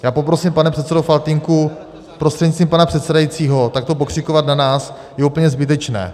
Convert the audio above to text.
Já poprosím, pane předsedo Faltýnku prostřednictvím pana předsedajícího, takto na nás pokřikovat je úplně zbytečné.